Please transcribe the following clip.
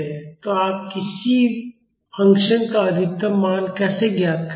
तो आप किसी फ़ंक्शन का अधिकतम मान कैसे ज्ञात करेंगे